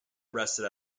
arrested